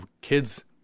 kids